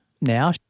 now